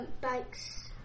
bike's